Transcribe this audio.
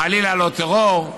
וחלילה לא לטרור.